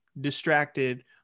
distracted